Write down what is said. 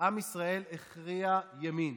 עם ישראל הכריע ימין.